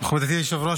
גברתי היושבת-ראש,